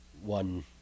one